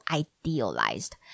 idealized